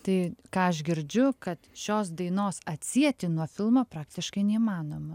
tai ką aš girdžiu kad šios dainos atsieti nuo filmo praktiškai neįmanoma